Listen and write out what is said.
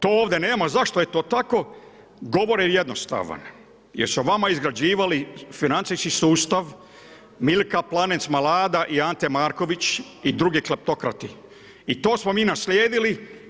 To ovdje nema, zašto je to tako, govor je jednostavan, jer su vama izgrađivali financijski sustav, Milka Planec Malada i Ante Marković i drugi … I to smo mi naslijedili.